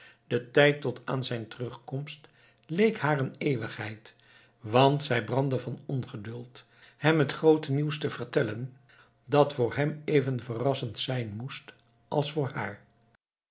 de tijd tot aan zijn terugkomst leek haar een eeuwigheid want zij brandde van ongeduld hem het groote nieuws te vertellen dat voor hem even verrassend zijn moest als voor haar